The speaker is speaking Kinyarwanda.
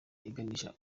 iganisha